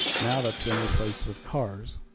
now that's been replaced with cars.